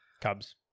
cubs